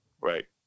Right